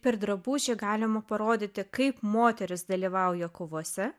per drabužį galima parodyti kaip moterys dalyvauja kovose